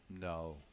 No